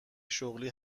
شغلی